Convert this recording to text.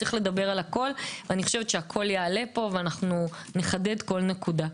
הכול יעלה פה ונחדד כל נקודה.